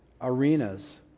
arenas